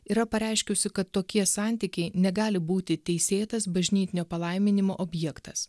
yra pareiškusi kad tokie santykiai negali būti teisėtas bažnytinio palaiminimo objektas